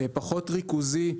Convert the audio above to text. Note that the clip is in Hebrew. פחות ריכוזי,